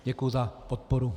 Děkuji za podporu.